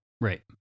right